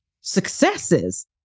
successes